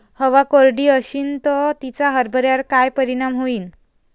हवा कोरडी अशीन त तिचा हरभऱ्यावर काय परिणाम होईन?